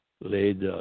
laid